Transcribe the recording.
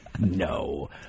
No